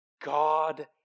God